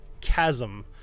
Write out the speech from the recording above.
chasm